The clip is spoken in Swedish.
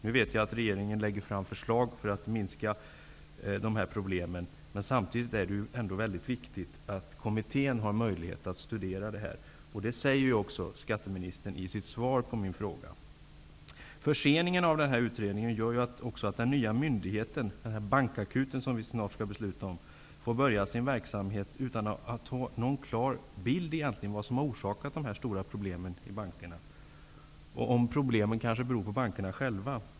Jag vet att regeringen lägger fram förslag för att minska dessa problem. Samtidigt är det viktigt att kommittén har möjlighet att studera dem. Det säger skatteministern också i sitt svar på min fråga. Förseningen av utredningen gör att den nya myndigheten -- den s.k. bankakuten, som vi snart skall besluta om -- får börja sin verksamhet utan att ha någon klar bild av vad som har orsakat de stora problemen i bankerna och om problemen kanske beror på bankerna själva.